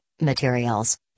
materials